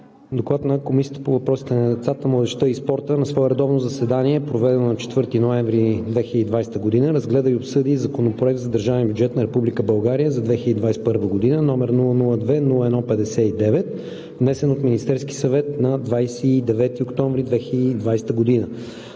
„ДОКЛАД на Комисията по въпросите на децата, младежта и спорта На свое редовно заседание, проведено на 4 ноември 2020 г., разгледа и обсъди Законопроект за държавния бюджет на Република България за 2021 г., № 002-01-59, внесен от Министерския съвет на 29 октомври 2020 г.